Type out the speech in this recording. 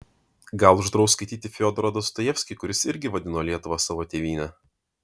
gal uždraus skaityti fiodorą dostojevskį kuris irgi vadino lietuvą savo tėvyne